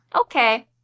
Okay